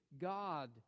God